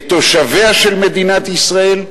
את תושביה של מדינת ישראל,